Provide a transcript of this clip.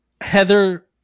Heather